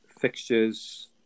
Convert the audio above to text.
fixtures